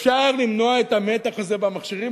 אפשר למנוע את המתח הזה במכשירים